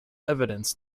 evidence